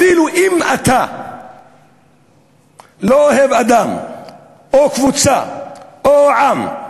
אפילו אם אתה לא אוהב אדם או קבוצה או עם,